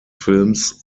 films